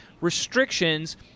restrictions